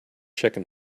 chicken